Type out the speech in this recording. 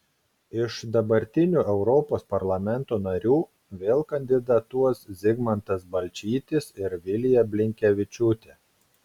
iš dabartinių europos parlamento narių vėl kandidatuos zigmantas balčytis ir vilija blinkevičiūtė